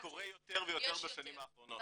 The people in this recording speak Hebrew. זה קורה יותר ויותר בשנים האחרונות.